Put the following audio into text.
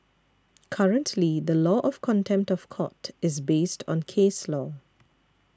currently the law of contempt of court is based on case law